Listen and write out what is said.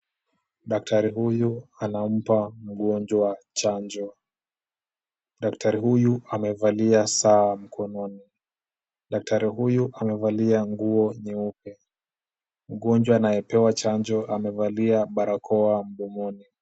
Daktari huyu anampa mgonjwa chanjo. Daktari huyu amevalia saa mkononi. Daktari huyu amevalia nguo nyeupe. Mgonjwa anayepewa chanjo amevalia barakoa mdomoni.